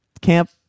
camp